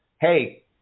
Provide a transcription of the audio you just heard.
hey